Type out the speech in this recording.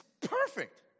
perfect